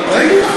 זה ויכוח